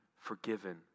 forgiven